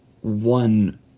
one